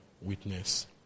witness